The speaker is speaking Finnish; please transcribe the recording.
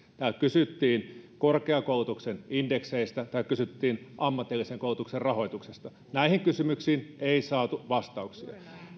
täällä kysyttiin korkeakoulutuksen indekseistä täällä kysyttiin ammatillisen koulutuksen rahoituksesta näihin kysymyksiin ei saatu vastauksia